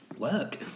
work